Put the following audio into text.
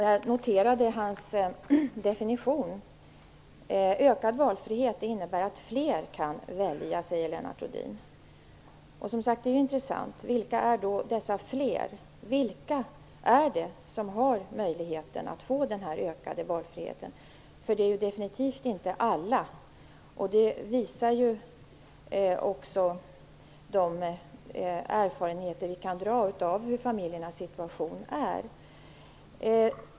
Jag noterade hans definition: Ökad valfrihet innebär att fler kan välja, säger Lennart Rohdin. Det är intressant. Vilka är dessa ''fler''? Vilka är det som får ökad valfrihet? Det är definitivt inte alla. Det visar också de erfarenheter vi har om hur familjernas situation är.